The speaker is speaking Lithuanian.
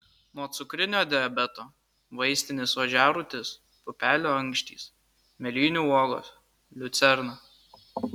nuo cukrinio diabeto vaistinis ožiarūtis pupelių ankštys mėlynių uogos liucerna